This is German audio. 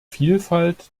vielfalt